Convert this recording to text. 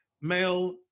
male